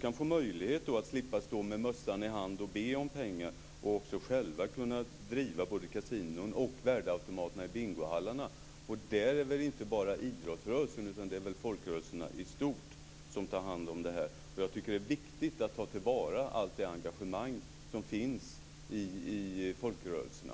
kan få möjlighet både att slippa stå med mössan i hand och be om pengar och att själva driva både kasinon och värdeautomaterna i bingohallarna. Det gäller väl inte bara idrottsrörelsen, utan det är väl folkrörelserna i stort som tar hand om detta? Jag tycker att det är viktigt att man tar till vara allt det engagemang som finns i folkrörelserna.